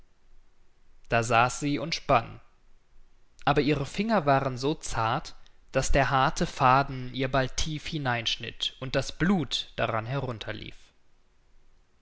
da saß sie und spann aber ihre finger waren so zart daß der harte faden ihr bald tief hineinschnitt und das blut daran